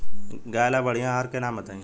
गाय ला बढ़िया आहार के नाम बताई?